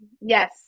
Yes